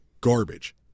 garbage